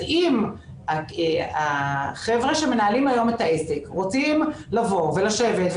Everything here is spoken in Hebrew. אם החבר'ה שמנהלים היום את העסק רוצים לבוא ולשבת,